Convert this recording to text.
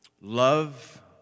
love